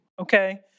okay